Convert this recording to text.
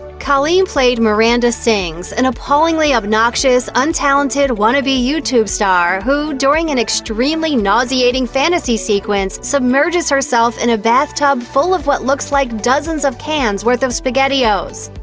colleen played miranda sings, an appallingly obnoxious, untalented, wannabe youtube star who, during an extremely nauseating fantasy sequence, submerges herself in a bathtub full of what looks like dozens of cans' worth of spaghettio's.